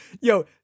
yo